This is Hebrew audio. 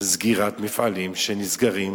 סגירת מפעלים שנסגרים